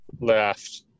left